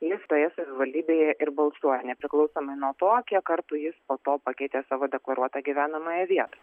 jis toje savivaldybėje ir balsuoja nepriklausomai nuo to kiek kartų jis po to pakeitė savo deklaruotą gyvenamąją vietą